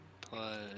Plus